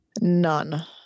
None